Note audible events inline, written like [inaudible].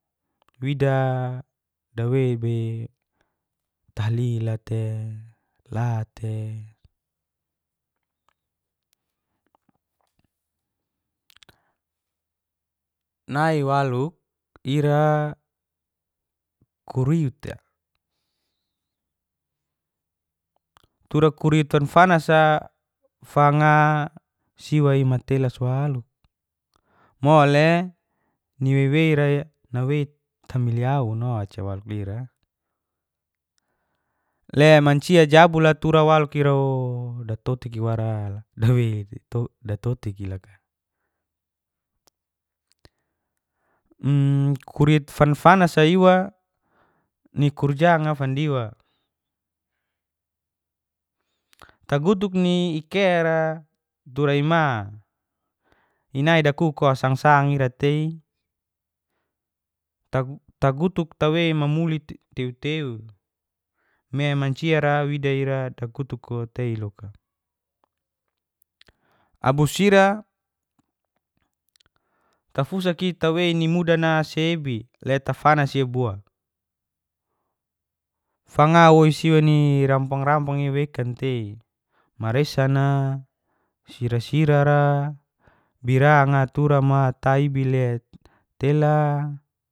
Wida dawei be tahlila te la te [noise] naiwaluk ira kuriute tura kuriut fanfanasa fanga siwai matelas walu, mole ni weiweira nawei tamiliaun oca walu lira lemancia jabulla tura waluk irao datotiki wara, dawe datotik iloka. [hesitation] kurut fanfanasa iwa ni kurjanga fandiwa, tagutuk ni ikera tura ima inai dakuko sangsaira tei tagutuk wei mamuli teu teu me mnciara wida dagutuko teiloka. Abus ira tafusak tewei ni mudana sebi le tafanasi bua. Fanga woisiwa ni rampang rampang iwekan tei maresana, sirasira, biranga tura mataibi le tela.